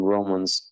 Romans